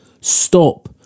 Stop